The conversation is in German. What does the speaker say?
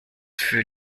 für